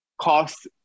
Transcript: Cost